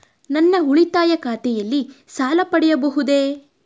ನನ್ನ ಉಳಿತಾಯ ಖಾತೆಯಲ್ಲಿ ಸಾಲ ಪಡೆಯಬಹುದೇ?